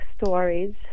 stories